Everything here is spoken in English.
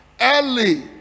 early